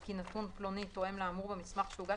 כי נתון פלוני תואם לאמור במסמך שהוגש